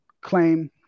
claim